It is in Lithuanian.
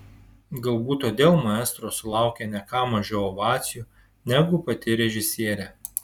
galbūt todėl maestro sulaukė ne ką mažiau ovacijų negu pati režisierė